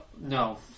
no